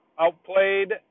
outplayed